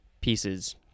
pieces